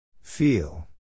Feel